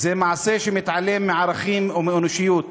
זה מעשה שמתעלם מערכים ומאנושיות.